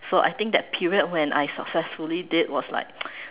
so I think that period when I successfully did was like